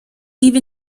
make